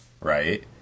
Right